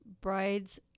brides